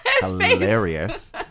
hilarious